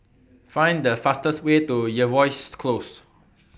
Find The fastest Way to Jervois Close